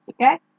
okay